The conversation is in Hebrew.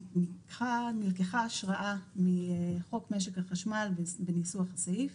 נלקחה השראה מחוק משק החשמל בניסוח הסעיף,